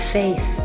faith